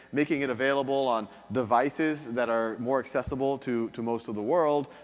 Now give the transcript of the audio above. making it available on devices that are more accessible to to most of the world.